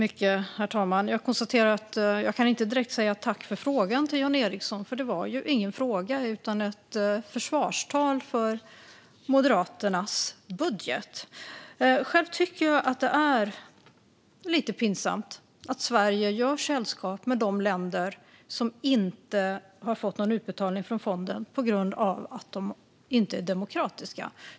Herr talman! Jag kan inte direkt tacka Jan Ericson för frågan, för det var ju ingen fråga utan ett försvarstal för Moderaternas budget. Själv tycker jag att det är lite pinsamt att Sverige gör sällskap med de länder som inte har fått någon utbetalning från fonden på grund av att de inte är demokratiska.